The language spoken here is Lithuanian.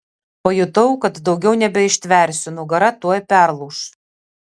pajutau kad daugiau nebeištversiu nugara tuoj perlūš